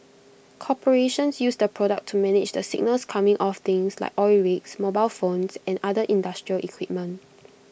corporations use the product to manage the signals coming off things like oil rigs mobile phones and other industrial equipment